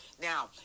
Now